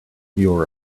your